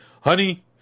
honey